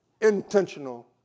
intentional